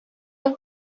núm